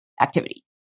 activity